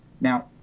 Now